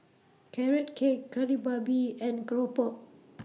Carrot Cake Kari Babi and Keropok